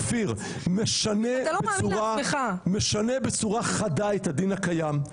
אופיר משנה צורה משנה בצורה חדה את הדין הקיים.